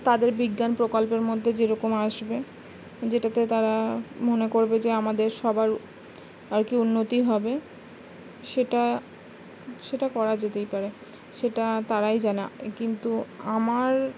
তাদের বিজ্ঞান প্রকল্পের মধ্যে যেরকম আসবে যেটাতে তারা মনে করবে যে আমাদের সবার আর কি উন্নতি হবে সেটা সেটা করা যেতেই পারে সেটা তারাই জানে কিন্তু আমার